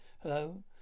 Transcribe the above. Hello